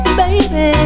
baby